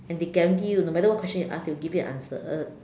and they guarantee you no matter what question you ask they will give you a answer